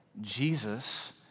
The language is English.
Jesus